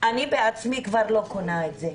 אני עצמי כבר לא קונה את זה.